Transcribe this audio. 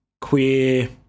queer